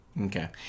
Okay